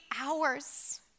hours